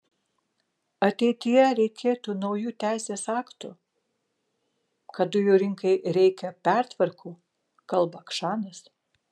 ateityje reikėtų naujų teisės aktų kad dujų rinkai reikia pertvarkų kalba kšanas